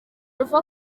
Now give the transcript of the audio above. ruva